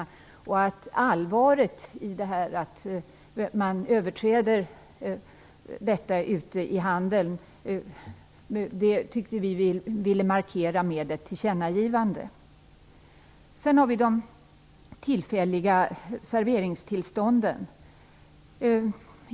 Vi vill markera allvaret med att bestämmelserna överträds ute i handeln med ett tillkännagivande. Sedan till frågan om de tillfälliga serveringstillstånden.